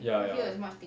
ya ya